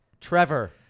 Trevor